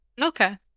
Okay